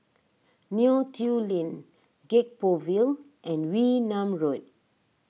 Neo Tiew Lane Gek Poh Ville and Wee Nam Road